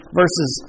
verses